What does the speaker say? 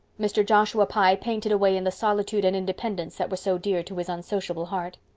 mr. joshua pye painted away in the solitude and independence that were so dear to his unsociable heart.